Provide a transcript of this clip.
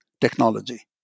technology